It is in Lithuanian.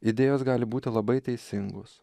idėjos gali būti labai teisingos